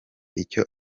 icyo